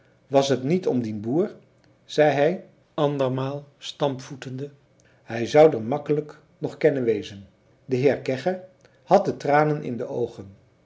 was t niet om dien boer zei hij andermaal stampvoetende hij zou der makkelijk nog kennen wezen de heer kegge had de tranen in de oogen